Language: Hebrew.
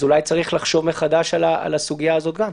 אולי צריך לחשוב מחדש על הסוגיה הזאת גם.